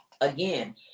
again